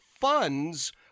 funds